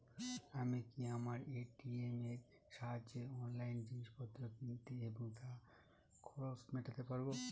আমি কি আমার এ.টি.এম এর সাহায্যে অনলাইন জিনিসপত্র কিনতে এবং তার খরচ মেটাতে পারব?